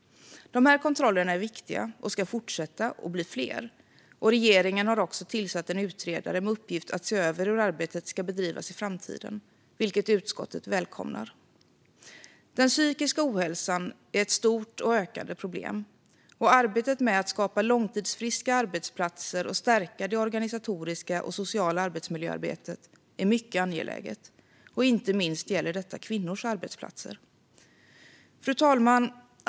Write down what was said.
De här kontrollerna är viktiga och ska fortsätta och bli fler. Regeringen har också tillsatt en utredare med uppgift att se över hur arbetet ska bedrivas i framtiden, vilket utskottet välkomnar. Den psykiska ohälsan är ett stort och ökande problem. Arbetet med att skapa långtidsfriska arbetsplatser och stärka det organisatoriska och sociala arbetsmiljöarbetet är mycket angeläget. Inte minst gäller det kvinnors arbetsplatser. Fru talman!